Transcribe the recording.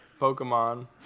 Pokemon